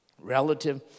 relative